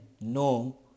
no